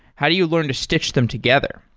how do you learn to stich them together?